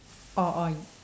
oh !oi!